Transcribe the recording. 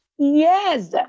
Yes